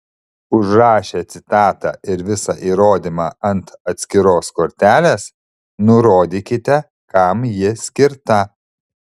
užrašę citatą ir visą įrodymą ant atskiros kortelės nurodykite kam ji skirta